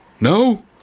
No